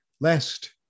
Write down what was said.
lest